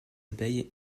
abeilles